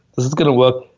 this is gonna work.